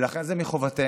ולכן זה מחובתנו,